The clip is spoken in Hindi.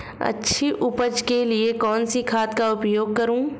अच्छी उपज के लिए कौनसी खाद का उपयोग करूं?